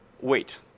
Wait